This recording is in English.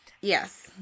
yes